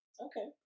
okay